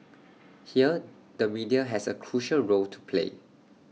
here the media has A crucial role to play